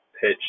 pitch